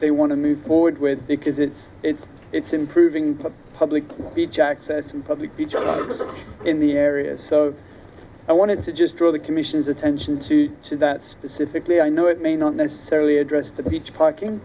they want to move forward with because it's it's improving public beach access and public beaches in the area so i wanted to just throw the commission's attention to that specifically i know it may not necessarily address the beach parking